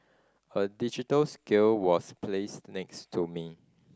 a digital scale was placed next to me